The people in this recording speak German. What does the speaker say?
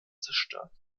zerstört